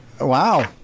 Wow